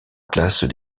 classes